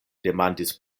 demandis